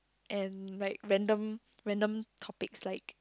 and like random random topics like